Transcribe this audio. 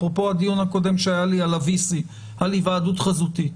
אפרופו הדיון הקודם שהיה לי על היוועדות חזותית,